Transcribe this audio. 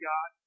God